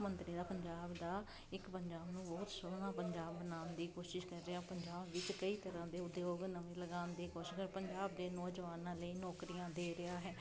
ਮੁੱਖ ਮੰਤਰੀ ਦਾ ਪੰਜਾਬ ਦਾ ਇੱਕ ਪੰਜਾਬ ਨੂੰ ਬਹੁਤ ਸੋਹਣਾ ਪੰਜਾਬ ਬਣਾਉਣ ਦੀ ਕੋਸ਼ਿਸ਼ ਕਰ ਰਿਹਾ ਉਹ ਪੰਜਾਬ ਵਿੱਚ ਕਈ ਤਰ੍ਹਾਂ ਦੇ ਉਦਯੋਗ ਨਵੇਂ ਲਗਾਉਣ ਦੀ ਕੋਸ਼ਿਸ਼ਾਂ ਪੰਜਾਬ ਦੇ ਨੌਜਵਾਨਾਂ ਲਈ ਨੌਕਰੀਆਂ ਦੇ ਰਿਹਾ ਹੈ